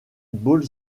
ball